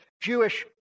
Jewish